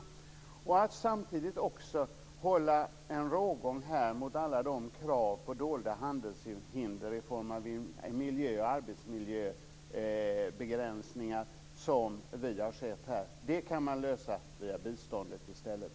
Det gäller också att samtidigt hålla en rågång mot alla de krav på dolda handelshinder i form av miljö och arbetsmiljöbegränsningar som vi har sett här. Det kan man lösa via biståndet i stället.